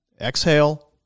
exhale